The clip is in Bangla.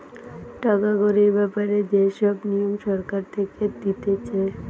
টাকা কড়ির ব্যাপারে যে সব নিয়ম সরকার থেকে দিতেছে